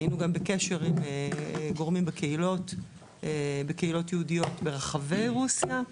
היינו גם בקשר עם גורמים בקהילות יהודיות ברחבי רוסיה,